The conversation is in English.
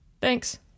Thanks